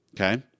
Okay